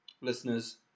Listeners